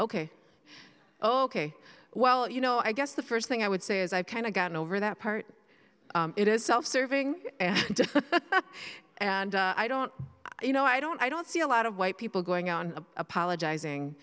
ok ok well you know i guess the first thing i would say is i've kind of gotten over that part of it is self serving and i don't you know i don't i don't see a lot of white people going on apologizing